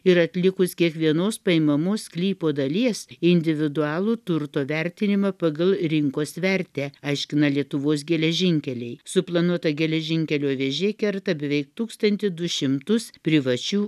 ir atlikus kiekvienos paimamos sklypo dalies individualų turto vertinimą pagal rinkos vertę aiškina lietuvos geležinkeliai suplanuota geležinkelio vėžė kerta beveik tūkstantį du šimtus privačių